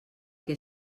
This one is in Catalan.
que